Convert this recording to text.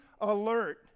alert